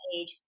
age